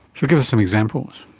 so give us some examples.